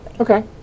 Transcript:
Okay